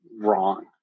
wrong